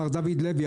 מר דוד לוי,